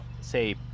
say